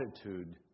attitude